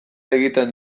egiten